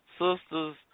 sisters